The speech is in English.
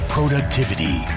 Productivity